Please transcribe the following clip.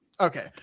Okay